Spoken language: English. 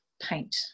paint